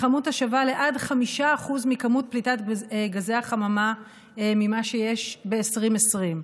כמות השווה עד 5% מכמות פליטת גזי החממה ממה שיש ב-2020.